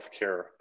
healthcare